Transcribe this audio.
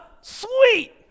Sweet